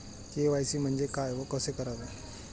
KYC म्हणजे काय व कसे करावे?